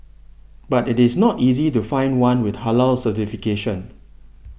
but it is not easy to find one with Halal certification